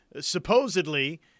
supposedly